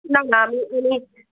না না আমি উনি